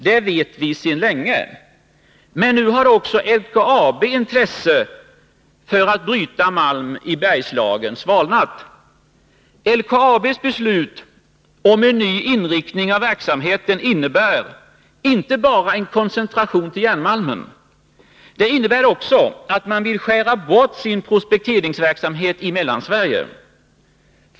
Det vet vi sedan länge. Men nu har också LKAB:s intresse för att bryta malm i Bergslagen svalnat. LKAB:s beslut om en ny inriktning av verksamheten innebär inte bara en koncentration till järnmalmen. Det innebär också att man vill skära bort sin prospekteringsverksamhet i Mellansverige.